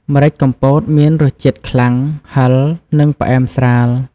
ម្រេចកំពតមានរសជាតិខ្លាំង ហឹរ និងផ្អែមស្រាល។